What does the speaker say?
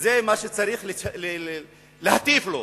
וזה מה שצריך להטיף לו,